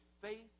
faith